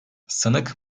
sanık